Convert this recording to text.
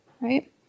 right